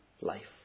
life